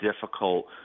difficult